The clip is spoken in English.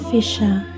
Fisher